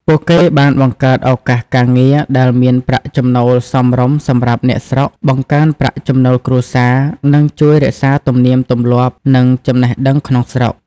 ពួកគេបានបង្កើតឱកាសការងារដែលមានប្រាក់ចំណូលសមរម្យសម្រាប់អ្នកស្រុក បង្កើនប្រាក់ចំណូលគ្រួសារ និងជួយរក្សាទំនៀមទម្លាប់ និងចំណេះដឹងក្នុងស្រុក ។